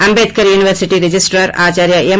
Ambedkar university registrar ఆచార్య ఎం